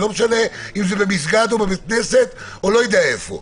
ולא משנה אם זה במסגד או בבית כנסת או לא יודע איפה.